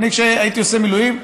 אני, כשהייתי עושה מילואים,